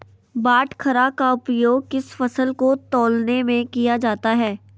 बाटखरा का उपयोग किस फसल को तौलने में किया जाता है?